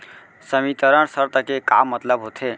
संवितरण शर्त के का मतलब होथे?